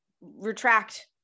retract